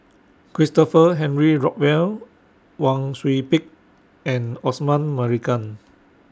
Christopher Henry Rothwell Wang Sui Pick and Osman Merican